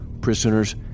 prisoners